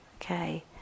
okay